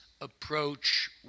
approach